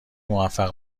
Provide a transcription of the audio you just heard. موفق